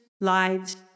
lives